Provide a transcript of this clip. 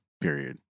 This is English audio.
period